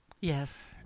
Yes